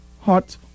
hot